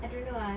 I don't know ah